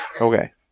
Okay